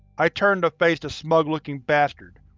i turned to face the smug-looking bastard.